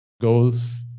goals